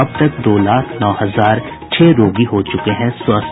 अब तक दो लाख नौ हजार छह रोगी हो चुके हैं स्वस्थ